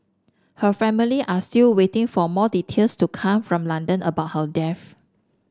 her family are still waiting for more details to come from London about how death